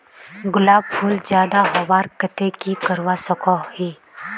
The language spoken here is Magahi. गुलाब फूल ज्यादा होबार केते की करवा सकोहो ही?